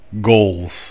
goals